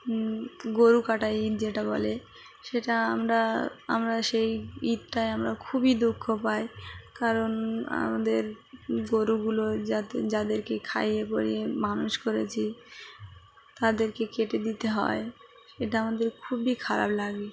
গরু কাটা ঈদ যেটা বলে সেটা আমরা আমরা সেই ঈদটায় আমরা খুবই দুঃখ পাই কারণ আমাদের গরুগুলো যাতে যাদেরকে খাইয়ে পরিয়ে মানুষ করেছি তাদেরকে কেটে দিতে হয় সেটা আমাদের খুবই খারাপ লাগে